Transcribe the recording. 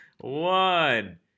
One